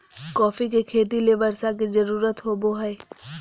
coffee के खेती ले बर्षा के जरुरत होबो हइ